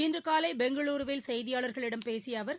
இன்று காலை பெங்களூருவில் செய்தியாளர்களிடம ஃபேசிய அவர்